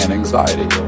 anxiety